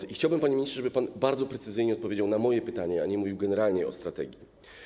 I chciałbym, panie ministrze, żeby pan bardzo precyzyjnie odpowiedział na moje pytanie, a nie mówił generalnie o strategii.